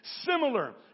similar